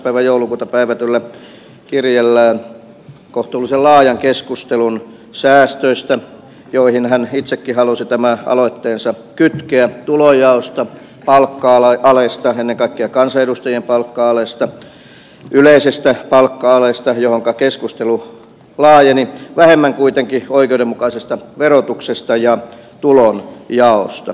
päivä joulukuuta päivätyllä kirjeellään kohtuullisen laajan keskustelun säästöistä joihin hän itsekin halusi tämän aloitteensa kytkeä tulonjaosta palkka alesta ennen kaikkea kansanedustajien palkka alesta yleisestä palkka alesta johonka keskustelu laajeni vähemmän kuitenkin oikeudenmukaisesta verotuksesta ja tulonjaosta